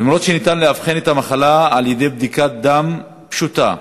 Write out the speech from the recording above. למרות שניתן לאבחן את המחלה על-ידי בדיקת דם פשוטה,